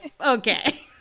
okay